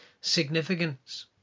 significance